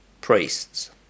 priests